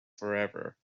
forever